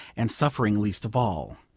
and suffering least of all.